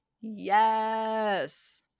Yes